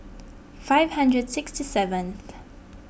five hundred sixty seventh